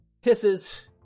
hisses